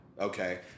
Okay